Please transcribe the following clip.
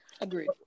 agreed